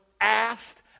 asked